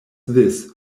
this